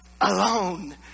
alone